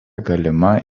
galima